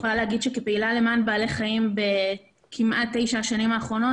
כפעילה למען בעלי חיים בכמעט תשע השנים האחרונות